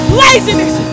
laziness